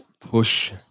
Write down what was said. push